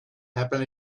happen